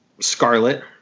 scarlet